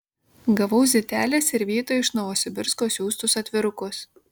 gavau zitelės ir vyto iš novosibirsko siųstus atvirukus